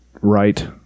Right